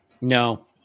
No